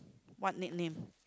what nickname